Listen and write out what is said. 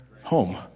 home